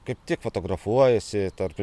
kaip tik fotografuojasi tarp tų